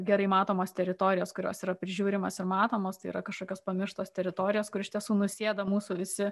gerai matomos teritorijos kurios yra prižiūrimos ir matomos tai yra kažkokios pamirštos teritorijos kur iš tiesų nusėda mūsų visi